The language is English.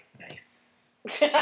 Nice